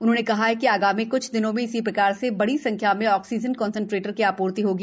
उन्होंने कहा कि आगामी क्छ दिनों में इसी प्रकार से बड़ी संख्या में ऑक्सीजन कंसंट्रेटर की आप्र्ति होगी